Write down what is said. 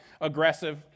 aggressive